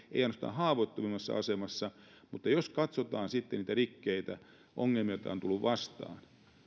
haavoittuvimmassa asemassa vaan jos katsotaan sitten niitä rikkeitä ongelmia joita on tullut vastaan